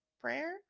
Prayer